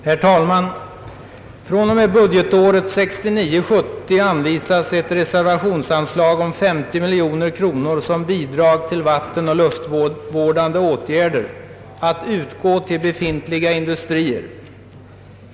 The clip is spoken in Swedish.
Herr talman! Från och med budgetåret 1969/70 anvisas ett reservationsanslag av 50 miljoner kronor som bidrag till vattenoch luftvårdande åtgärder, att utgå till befintliga industrier.